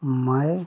मैं